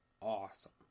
awesome